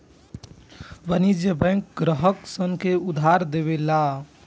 वाणिज्यिक बैंक ग्राहक सन के उधार दियावे ला